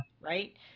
Right